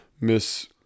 Miss